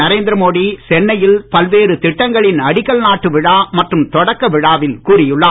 நரேந்திர மோடி சென்னையில் பல்வேறு திட்டங்களின் அடிக்கல் நாட்டு விழா மற்றும் தொடக்க விழாவில் கூறியுள்ளார்